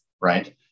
right